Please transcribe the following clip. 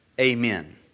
Amen